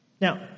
Now